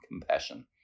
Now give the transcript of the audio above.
compassion